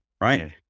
right